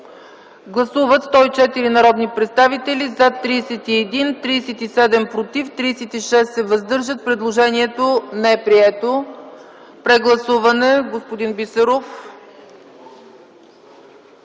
Гласували 104 народни представители: за 31, против 37, въздържали се 36. Предложението не е прието. Прегласуване – господин Бисеров.